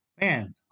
man